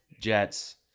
Jets